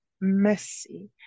messy